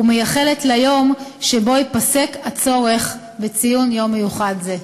ומייחלת ליום שבו ייפסק הצורך בציון יום מיוחד זה.